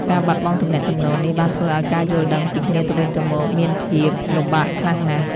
ការបាត់បង់ទំនាក់ទំនងនេះបានធ្វើឲ្យការយល់ដឹងពីគ្នាទៅវិញទៅមកមានភាពលំបាកខ្លាំងណាស់។